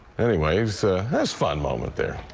anyways ah this fun moment, there.